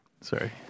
sorry